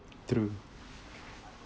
true